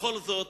ובכל זאת,